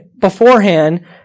beforehand